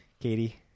Katie